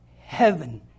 heaven